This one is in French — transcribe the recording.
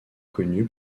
connu